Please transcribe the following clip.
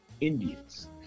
Indians